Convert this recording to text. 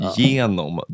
genom